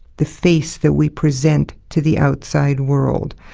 the face that we present to the outside world.